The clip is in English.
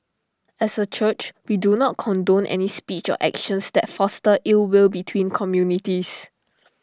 as A church we do not condone any speech or actions that foster ill will between communities